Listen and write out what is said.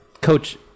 coach